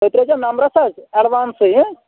تُہۍ ترٛٲے زیو نمبرَس حظ ایڈوانسٕے